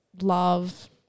love